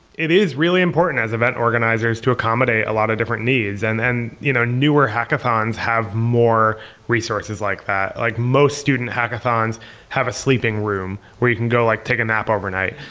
it is really important as event organizers to accommodate a lot of different needs. and you know newer hackathons have more resources like that. like most student hackathons have a sleeping room, where you can go like take a nap overnight.